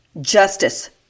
justice